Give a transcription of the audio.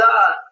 God